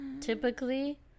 typically